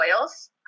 oils